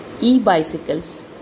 e-bicycles